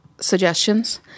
suggestions